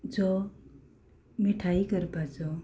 जो मिठाइ करपाचो